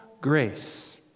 grace